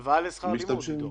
משתמשים.